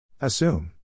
Assume